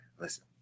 listen